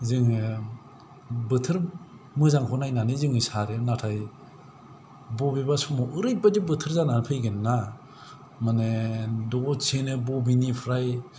जोङो बोथोर मोजांखौ नायनानै जोङो सारो नाथाय बबेबा समाव ओरैबादि बोथोर जानानै फैगोनना माने दसेनो बबेनिफ्राय